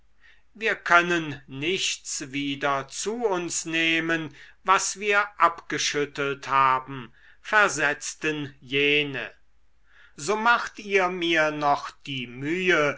wir können nichts wieder zu uns nehmen was wir abgeschüttelt haben versetzten jene so macht ihr mir noch die mühe